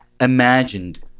imagined